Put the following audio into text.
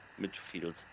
midfield